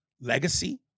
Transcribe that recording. legacy